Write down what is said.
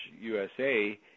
USA